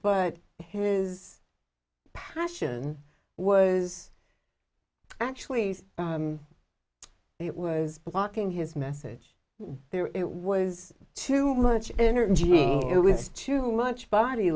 but his passion was actually it was blocking his message there it was too much energy it was too much body